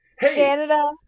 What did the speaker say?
Canada